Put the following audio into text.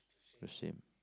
the shame